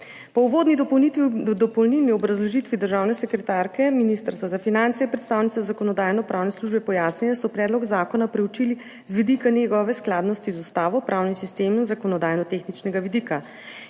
Po uvodni dopolnilni obrazložitvi državne sekretarke Ministrstva za finance je predstavnica Zakonodajno-pravne službe pojasnila, da so predlog zakona preučili z vidika njegove skladnosti z ustavo, pravnim sistemom in zakonodajno-tehničnega vidika.